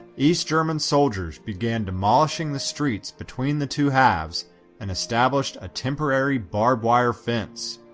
east german soldiers began demolishing the streets between the two halves and established a temporary barbwire fence.